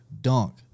dunk